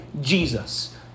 Jesus